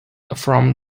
from